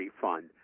fund